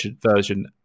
version